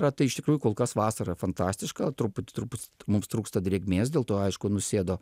tai yra tai iš tikrųjų kol kas vasara fantastiška truputį truputį mums trūksta drėgmės dėl to aišku nusėdo